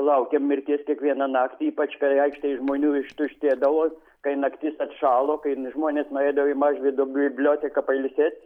laukėm mirties kiekvieną naktį ypač kai aikštėj žmonių ištuštėdavo kai naktis atšalo kain žmonės nueidavo į mažvydo biblioteką pailsėt